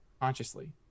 consciously